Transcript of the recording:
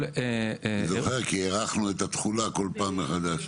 אני זוכרת כי הערכנו את התכולה כל פעם מחדש.